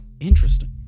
Interesting